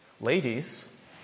ladies